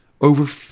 over